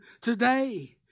today